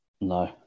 No